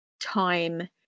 time